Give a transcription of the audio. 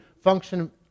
function